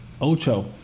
Ocho